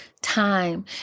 time